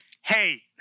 hey